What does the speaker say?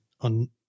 on